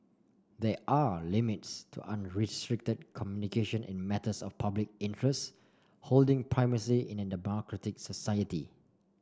there are limits to unrestricted communication in matters of public interest holding primacy in a democratic society